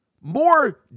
more